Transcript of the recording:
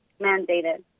mandated